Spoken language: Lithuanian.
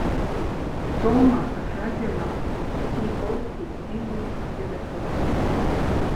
tomą pažadino į ausį zvimbiantis telefonas